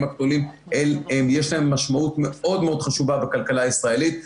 הגדולים יש משמעות מאוד מאוד חשובה בכלכלה הישראלית.